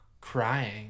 crying